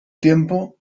tiempo